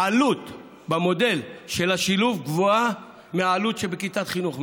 העלות במודל של השילוב גבוהה מהעלות שבכיתת חינוך מיוחד.